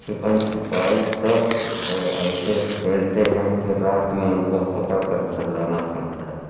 چھپن چھپائی تو بڑے ایسے کھیلتے ہیں کہ رات میں ان کو پکڑ کر گھر لانا پڑتا ہے